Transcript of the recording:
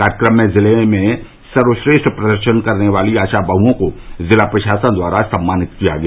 कार्यक्रम में जिले में सर्वश्रेष्ठ प्रदर्शन करने वाली आशा बहुओं को जिला प्रशासन द्वारा सम्मानित किया गया